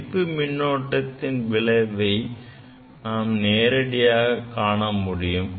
கழிப்பு மின்னோட்டத்தின் விளைவை நாம் நேரடியாக காண முடியும்